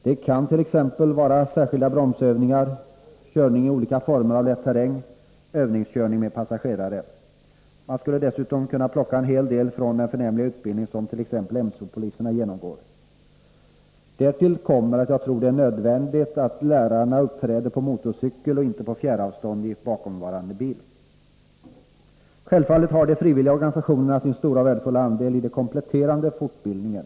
Det kan t.ex. vara särskilda bromsövningar, körning i olika former av lätt terräng och övningskörning med passagerare. Man skulle dessutom kunna plocka en hel del från den förnämliga utbildning som t.ex. mc-poliserna genomgår. Därtill kommer att jag tror att det är nödvändigt att lärarna uppträder på motorcykel och inte på fjärravstånd i bakomvarande bil. Självfallet har de frivilliga organisationerna sin stora och värdefulla andel i den kompletterande fortbildningen.